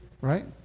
right